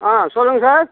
ஆ சொல்லுங்க சார்